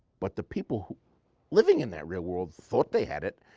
but the people living in that real world thought they had it,